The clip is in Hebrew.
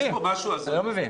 אני לא מבין.